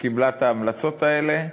שקיבלה את ההמלצות האלה,